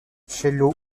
chaillot